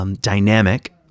dynamic